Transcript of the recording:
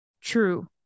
true